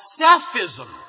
selfism